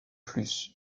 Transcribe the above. plus